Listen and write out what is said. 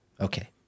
Okay